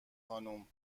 خانم